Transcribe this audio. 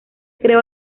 creó